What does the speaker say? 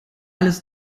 alles